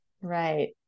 Right